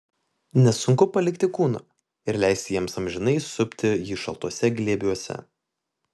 nesunku palikti kūną ir leisti jiems amžinai supti jį šaltuose glėbiuose